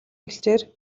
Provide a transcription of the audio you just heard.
бэлчээр